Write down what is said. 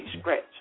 Scratch